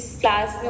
class